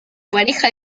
pareja